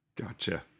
Gotcha